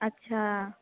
अच्छा